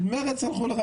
מרצ הלכו.